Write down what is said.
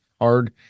hard